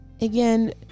Again